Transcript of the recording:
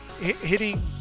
hitting